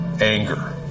anger